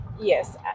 Yes